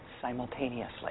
Simultaneously